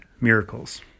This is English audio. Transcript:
miracles